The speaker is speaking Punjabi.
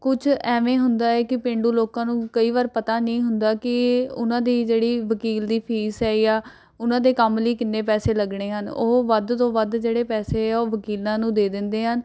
ਕੁਛ ਐਵੇਂ ਹੁੰਦਾ ਹੈ ਕਿ ਪੇਂਡੂ ਲੋਕਾਂ ਨੂੰ ਕਈ ਵਾਰ ਪਤਾ ਨਹੀਂ ਹੁੰਦਾ ਕਿ ਉਹਨਾਂ ਦੀ ਜਿਹੜੀ ਵਕੀਲ ਦੀ ਫੀਸ ਹੈ ਜਾਂ ਉਹਨਾਂ ਦੇ ਕੰਮ ਲਈ ਕਿੰਨੇ ਪੈਸੇ ਲੱਗਣੇ ਹਨ ਉਹ ਵੱਧ ਤੋਂ ਵੱਧ ਜਿਹੜੇ ਪੈਸੇ ਆ ਉਹ ਵਕੀਲਾਂ ਨੂੰ ਦੇ ਦਿੰਦੇ ਹਨ